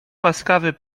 łaskawy